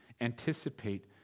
Anticipate